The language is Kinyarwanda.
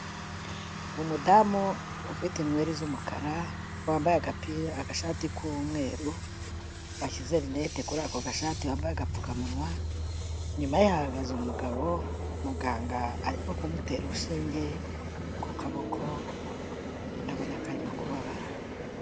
Umudamu ufite inweri z'umukara, wambaye agapira agashati k'umweru, washyize rinete kuri ako gashati, wambaye agapfukamunwa, inyuma hahagaze umugabo, muganga arimo kumutera urushinge ku kaboko, ndabona karimo kubabara.